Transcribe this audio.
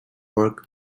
work